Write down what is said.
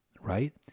right